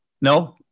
no